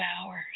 hours